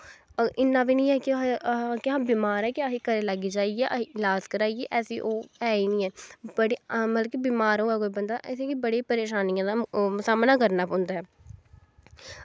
इन्ना बी नी ऐ कि असें केह् आखदे बमार ऐ असें घरे लाग्गी जाईयै लाज़ कराईयै ऐसी ओह् ऐ ई नी ऐ मतलव की बमार होऐ कोई बंदा असें गी बड़ी परेशानियें दा सामना करना पौंदा ऐ